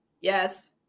Yes